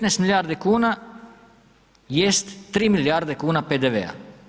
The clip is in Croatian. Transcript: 15 milijardi kuna jest 3 milijarde kuna PDV-a.